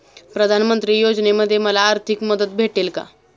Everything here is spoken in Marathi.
प्रधानमंत्री योजनेमध्ये मला आर्थिक मदत भेटेल का?